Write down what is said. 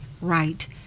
right